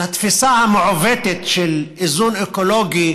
על התפיסה המעוותת של איזון אקולוגי